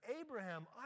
Abraham